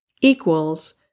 equals